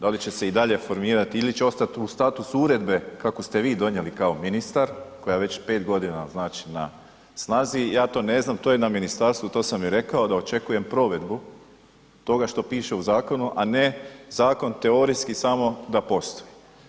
Da li će se i dalje formirati ili će ostati u statusu uredbe kako ste vi donijeli kao ministar, koja je već pet godina znači na snazi, ja to ne znam, to je na ministarstvu, to sam i rekao da očekujem provedbu toga što piše u zakonu a ne zakon teorijski samo sa postoji.